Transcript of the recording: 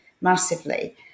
massively